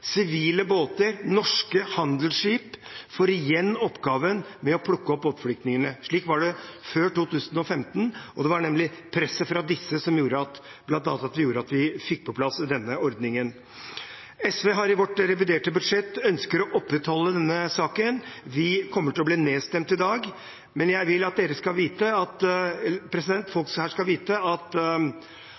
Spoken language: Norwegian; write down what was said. Sivile båter, norske handelsskip, får igjen oppgaven med å plukke opp båtflyktningene. Slik var det før 2015, og det var bl.a. presset fra disse som gjorde at vi fikk på plass denne ordningen. SV ønsker i sitt reviderte budsjett å opprettholde denne saken. Vi kommer til å bli nedstemt i dag, men jeg vil at folk her skal vite at